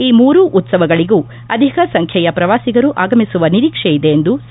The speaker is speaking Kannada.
ಈ ಮೂರೂ ಉತ್ವವಗಳಿಗೂ ಅಧಿಕ ಸಂಖ್ಯೆಯ ಪ್ರವಾಸಿಗರು ಆಗಮಿಸುವ ನಿರೀಕ್ಷೆ ಇದೆ ಎಂದು ಸಾ